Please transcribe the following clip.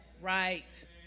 Right